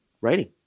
writing